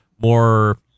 more